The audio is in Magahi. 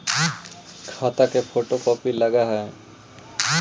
खाता के फोटो कोपी लगहै?